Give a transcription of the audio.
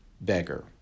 beggar